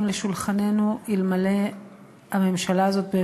לשולחננו אלמלא עשתה הממשלה הזאת,